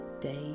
day